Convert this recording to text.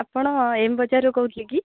ଆପଣ ଏମ୍ ବଜାରରୁ କହୁଥିଲେ କି